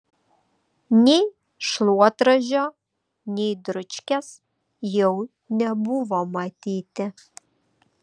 nei šluotražio nei dručkės jau nebuvo matyti